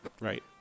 Right